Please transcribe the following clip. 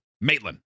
Maitland